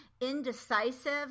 Indecisive